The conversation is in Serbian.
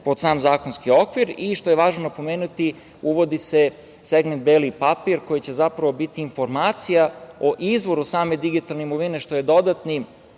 pod sam zakonski okvir i, što je važno napomenuti, uvodi se segment beli papir koji će zapravo biti informacija o izvoru same digitalne imovine, što je dodatni